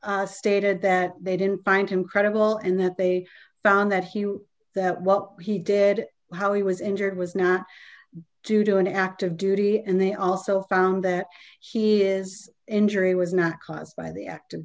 they stated that they didn't find him credible and that they found that he that what he did how he was injured was not to do an active duty and they also found that he is injury was not caused by the active